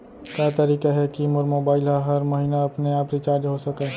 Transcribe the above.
का तरीका हे कि मोर मोबाइल ह हर महीना अपने आप रिचार्ज हो सकय?